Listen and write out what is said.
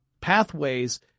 pathways